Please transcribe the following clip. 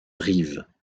rive